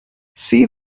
see